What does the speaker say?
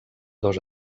dos